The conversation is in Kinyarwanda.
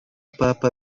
papa